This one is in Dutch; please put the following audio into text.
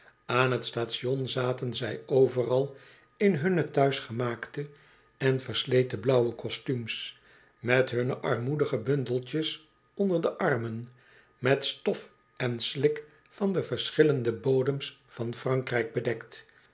aan t station zaten zij overal in hun thuis gemaakte en versleten blauwe kostumes met hunne armoedige bundeltjes onder do armen met stof en slik van de verschillende bodems van frankrijk bedekt